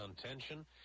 contention